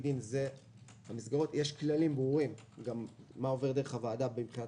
יש כללים ברורים מה עובר דרך הוועדה מבחינת